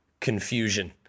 confusion